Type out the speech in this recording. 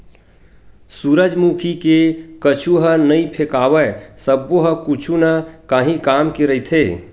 सूरजमुखी के कुछु ह नइ फेकावय सब्बो ह कुछु न काही काम के रहिथे